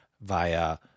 via